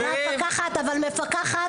מפקחת,